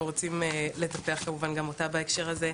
רוצים כמובן לטפח גם אותה בהקשר הזה.